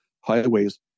highways